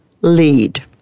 lead